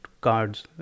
cards